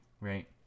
right